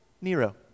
Nero